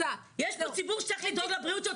יש פה ציבור שצריך לדאוג לבריאות שלו,